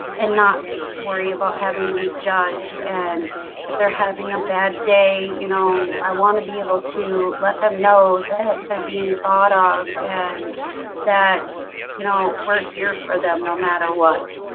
and not worry about having to be judged and if they're having a bad day, you know i want to be able to let them know that they're being thought of and that you know, we're here for them no matter what.